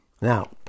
Now